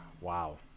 Wow